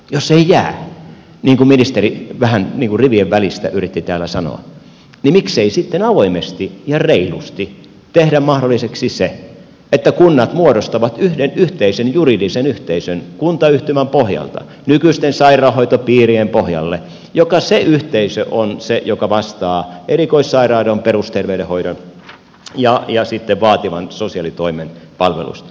jos ei jää niin kuin ministeri vähän niin kuin rivien välistä yritti täällä sanoa niin miksei sitten avoimesti ja reilusti tehdä mahdolliseksi se että kunnat muodostavat yhden yhteisen juridisen yhteisön kuntayhtymän pohjalta nykyisten sairaanhoitopiirien pohjalle ja se yhteisö on se joka vastaa erikoissairaanhoidon perusterveydenhoidon ja sitten vaativan sosiaalitoimen palveluista